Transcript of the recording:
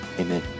amen